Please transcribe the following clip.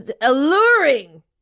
alluring